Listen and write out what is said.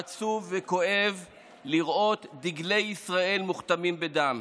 עצוב וכואב לראות דגלי ישראל מוכתמים בדם.